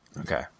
Okay